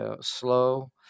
slow